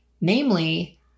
namely